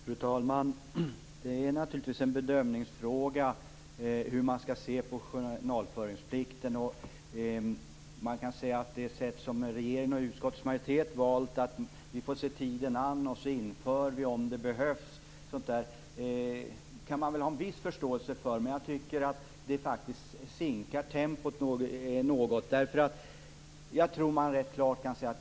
Fru talman! Det är naturligtvis en bedömningsfråga hur man skall se på journalföringsplikten. Regeringen och utskottsmajoriteten har valt sättet: Vi får se tiden an och så inför vi en sådan plikt om det behövs. Det kan man ha en viss förståelse för, men det sinkar tempot något.